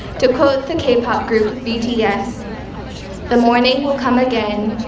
to quote the k-pop group bts the morning will come again.